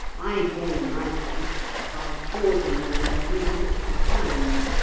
i gain my faith by pausing now and then to look behind.